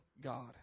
God